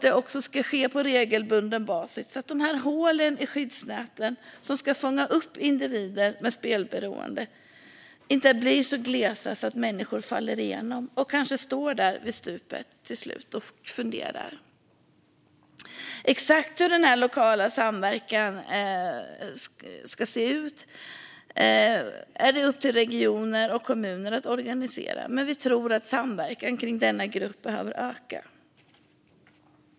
Det här ska ske på regelbunden basis så att hålen i det skyddsnät som ska fånga upp individer med spelberoende inte blir så stora att människor faller igenom och kanske till slut står där vid stupet och funderar. Exakt hur denna lokala samverkan ska se ut är upp till regioner och kommuner. Det är de som ska organisera den, men vi tror att samverkan runt denna grupp behöver öka.